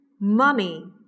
Mummy